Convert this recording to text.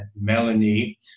Melanie